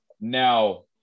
Now